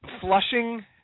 flushing